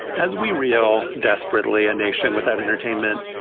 as we real desperately a nation without entertainment,